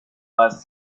was